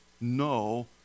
no